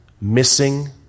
missing